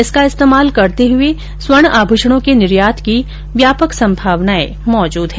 इसका इस्तेमाल करते हुए स्वर्ण आभूषणों के निर्यात की व्यापक संभावनाये मौजूद हैं